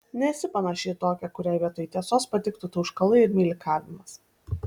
nesi panaši į tokią kuriai vietoj tiesos patiktų tauškalai ir meilikavimas